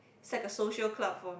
it's like a social club for